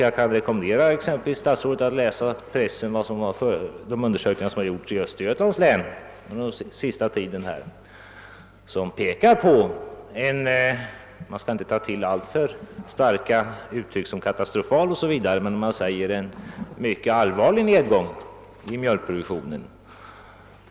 Jag vill rekommendera statsrådet Bengtsson att läsa i pressen om de undersökningar som under den senaste tiden har gjorts i Östergötlands län. Även om man inte skall ta till alltför starka uttryck såsom katastrof pekar dessa undersökningar dock på en mycket allvarlig nedgång i mjölkproduktionen.